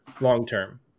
long-term